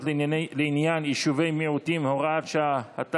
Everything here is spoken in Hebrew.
לעניין יישובי מיעוטים) (הוראת שעה),